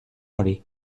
hori